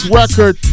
record